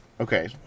Okay